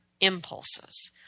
impulses